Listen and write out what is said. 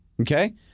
Okay